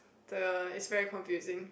the it's very confusing